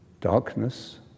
darkness